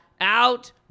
out